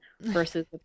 versus